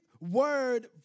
word